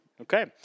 Okay